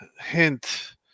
hint